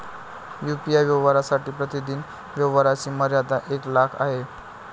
UPI व्यवहारांसाठी प्रतिदिन व्यवहारांची मर्यादा एक लाख आहे